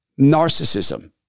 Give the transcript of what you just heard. Narcissism